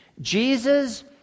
Jesus